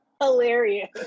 hilarious